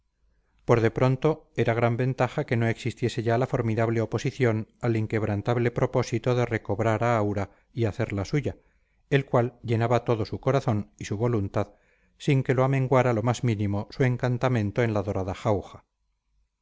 por de pronto era gran ventaja que no existiese ya la formidable oposición al inquebrantable propósito de recobrar a aura y hacerla suya el cual llenaba su corazón y su voluntad sin que lo amenguara lo más mínimo su encantamento en la dorada jauja